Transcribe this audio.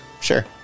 Sure